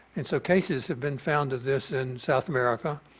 and so cases have been found of this in south america.